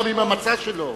גם עם המצע שלו.